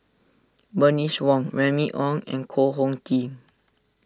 Bernice Wong Remy Ong and Koh Hong Teng